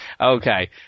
Okay